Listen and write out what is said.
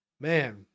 man